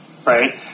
Right